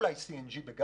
אולי גם גז,